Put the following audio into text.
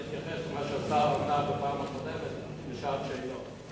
להתייחס למה שהשר ענה בפעם הקודמת בשעת שאלות.